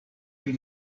pri